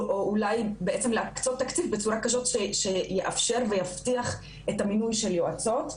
אולי להקצות תקציב בצורה כזאת שיאפשר ויבטיח את המינוי של יועצות.